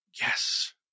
yes